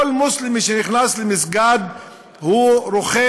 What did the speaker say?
כל מוסלמי שנכנס למסגד רוחץ,